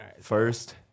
First